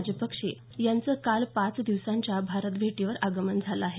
राजपक्षे यांचं काल पाच दिवसांच्या भारत भेटीवर आगमन झालं आहे